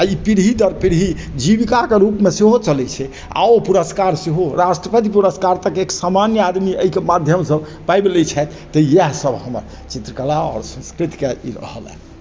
आओर ई पीढ़ी दर पीढ़ी जीविकाके रूपमे सेहो चलय छै आओर ओ पुरस्कार सेहो राष्ट्रपति पुरस्कार तक एक सामान्य आदमी अइके माध्यमसँ पाबि लै छथि तऽ यएह सब हमर चित्रकला आओर संस्कृतिके ई रहल हइ